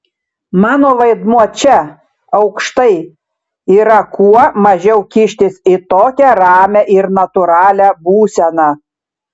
mano vaidmuo čia aukštai yra kuo mažiau kištis į tokią ramią ir natūralią būseną